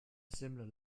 similar